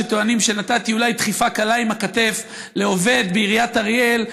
טוענים שנתתי אולי דחיפה קלה עם הכתף לעובד בעיריית אריאל,